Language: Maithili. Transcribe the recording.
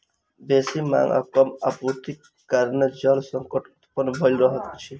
बेसी मांग आ कम आपूर्तिक कारणेँ जल संकट उत्पन्न भ रहल अछि